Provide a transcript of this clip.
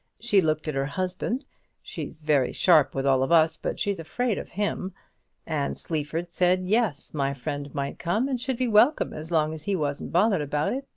she looked at her husband she's very sharp with all of us, but she's afraid of him and sleaford said yes my friend might come and should be welcome, as long as he wasn't bothered about it.